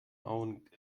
augen